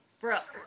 Brooke